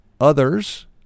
Others